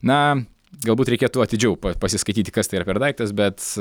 na galbūt reikėtų atidžiau pasiskaityti kas tai yra per daiktas bet